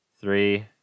Three